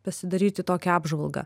pasidaryti tokią apžvalgą